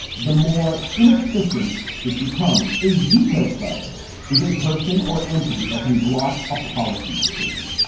the more inefficient it becomes. a veto player is a person or entity that can block a policy decision.